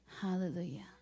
Hallelujah